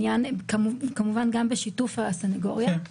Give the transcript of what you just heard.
כמובן גם בשיתוף הסנגוריה.